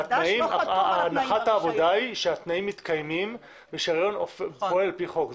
הנחת העבודה היא שהתנאים מתקיימים ושהעסק פועל על פי חוק.